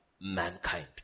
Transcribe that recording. mankind